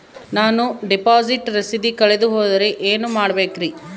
ನಾನು ಡಿಪಾಸಿಟ್ ರಸೇದಿ ಕಳೆದುಹೋದರೆ ಏನು ಮಾಡಬೇಕ್ರಿ?